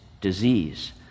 disease